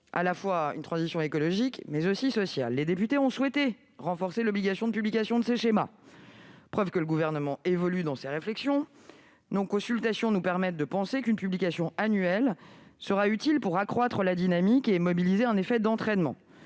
appuyer cette transition écologique, mais aussi sociale, sur le territoire. Les députés ont souhaité renforcer l'obligation de publication de ces schémas. Le Gouvernement évolue dans ses réflexions. Ainsi, les consultations qu'il a menées permettent de penser qu'une publication annuelle sera utile pour accroître la dynamique et mobiliser un effet d'entraînement.